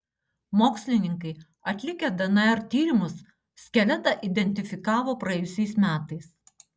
mokslininkai atlikę dnr tyrimus skeletą identifikavo praėjusiais metais